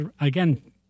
again